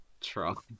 Trump